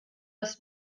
das